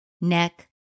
neck